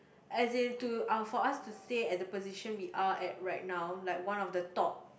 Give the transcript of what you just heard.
as in to uh for us to stay at the position we are at right now like one of the top